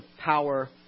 power